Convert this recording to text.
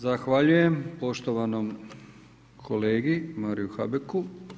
Zahvaljujem poštovanom kolegi Mariu Habeku.